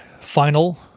final